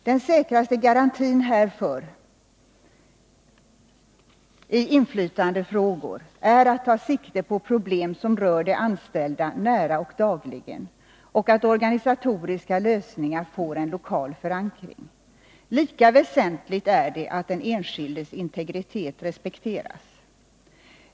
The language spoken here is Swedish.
Den säkraste garantin härför i inflytandefrågor är att ta sikte på problem som rör de anställda nära och dagligen och att organisatoriska lösningar får en lokal förankring. Lika väsentligt är det att den enskildes integritet respekteras.